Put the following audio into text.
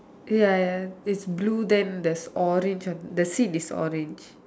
ya ya it's blue then there's orange the seat is orange